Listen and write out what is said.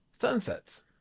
sunsets